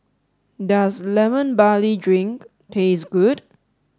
does lemon barley drink taste good